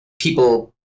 people